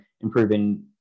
improving